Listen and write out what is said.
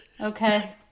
Okay